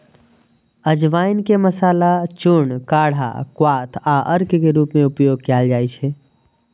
अजवाइन के मसाला, चूर्ण, काढ़ा, क्वाथ आ अर्क के रूप मे उपयोग कैल जाइ छै